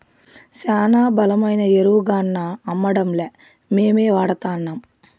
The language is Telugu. శానా బలమైన ఎరువుగాన్నా అమ్మడంలే మేమే వాడతాన్నం